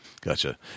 Gotcha